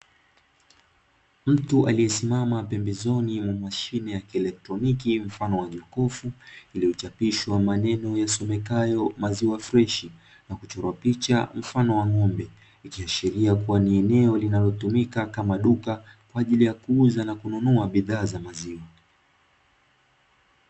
Mtu aliyesimama pembezoni mwa mashine ya kielektroniki mfano wa jokofu, iliyochapishwa maneno yasomekayo maziwa freshi na kuchorwa picha mfano wa ng’ombe. Ikiashiria kuwa ni eneo linalotumika kama duka kwa ajili ya kuuza na kununa bidhaa za maziwa.